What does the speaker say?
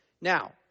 Now